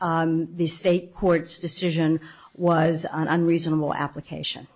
the state court decision was an unreasonable application